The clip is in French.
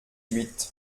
huit